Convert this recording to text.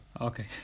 Okay